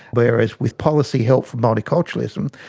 whereas with policy help from multiculturalism,